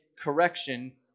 correction